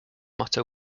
motto